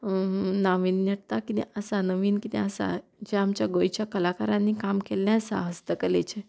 नाविन्यता कितें आसा नवीन कितें आसा जें आमच्या गोंयच्या कलाकारांनी काम केल्लें आसा हस्तकलेचें